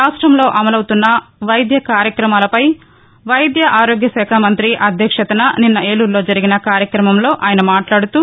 రాష్టంలో అమలవుతోన్న వైద్య కార్యక్రమాలపై వైద్య ఆరోగ్య శాఖ మంత్రి అధ్యక్షతన నిన్న ఏలూరులో జరిగిన కార్యక్రమంలో ఆయన మాట్లాడుతూ